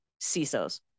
CISOs